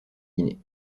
guinée